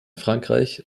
frankreich